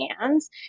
hands